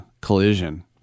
collision